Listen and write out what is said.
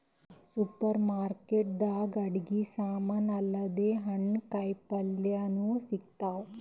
super market ದಾಗ್ ಅಡಗಿ ಸಮಾನ್ ಅಲ್ದೆ ಹಣ್ಣ್ ಕಾಯಿಪಲ್ಯನು ಸಿಗ್ತಾವ್